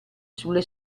sulle